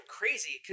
crazy